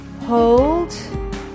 hold